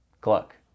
gluck